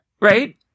Right